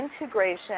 integration